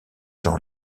jean